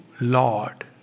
Lord